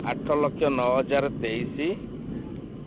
ଆଠ ଲକ୍ଷ ନଅ ହଜାର ତେଇଶି